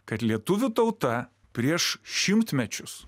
kad lietuvių tauta prieš šimtmečius